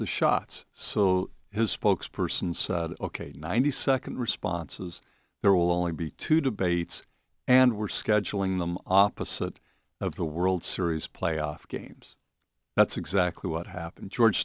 of the shots so his spokesperson said ok ninety second responses there will only be two debates and we're scheduling them opposite of the world series playoff games that's exactly what happened george